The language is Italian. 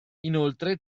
inoltre